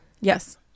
Yes